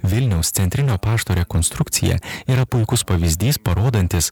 vilniaus centrinio pašto rekonstrukcija yra puikus pavyzdys parodantis